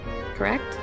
Correct